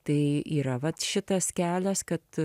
tai yra vat šitas kelias kad